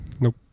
Nope